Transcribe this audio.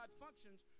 functions